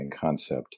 concept